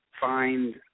find